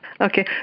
Okay